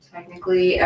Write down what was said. Technically